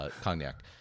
Cognac